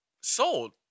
sold